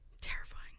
Terrifying